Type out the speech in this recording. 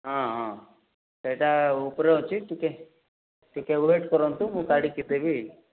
ହଁ ହଁ ସେଇଟା ଉପରେ ଅଛି ଟିକେ ଟିକେ ୱେଟ୍ କରନ୍ତୁ ମୁଁ କାଢ଼ିକି ଦେବି